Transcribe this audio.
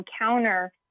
encounter